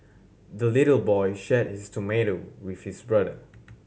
the little boy shared his tomato with his brother